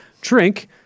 Drink